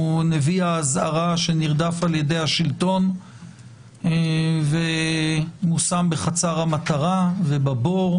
הוא נביא האזהרה שנרדף על ידי השלטון ומושם בחצר המטרה ובבור,